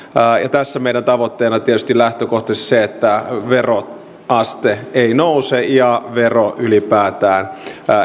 tässä meidän tavoitteena tietysti lähtökohtaisesti on se että veroaste ei nouse ja vero ylipäätään